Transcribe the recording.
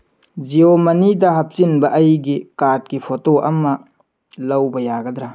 ꯖꯤꯌꯣ ꯃꯅꯤꯗ ꯍꯥꯞꯆꯤꯟꯕ ꯑꯩꯒꯤ ꯀꯥꯔꯠꯀꯤ ꯐꯣꯇꯣ ꯑꯃ ꯂꯧꯕ ꯌꯥꯒꯗ꯭ꯔꯥ